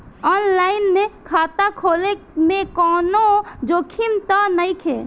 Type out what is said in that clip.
आन line खाता खोले में कौनो जोखिम त नइखे?